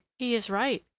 he is right,